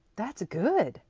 that's good,